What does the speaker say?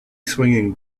swinging